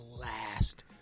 last